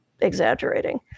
exaggerating